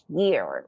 year